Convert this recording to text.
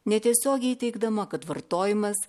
netiesiogiai teigdama kad vartojimas